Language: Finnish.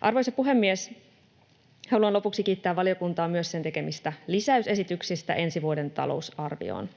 Arvoisa puhemies! Haluan lopuksi kiittää valiokuntaa myös sen tekemistä lisäysesityksistä ensi vuoden talousarvioon.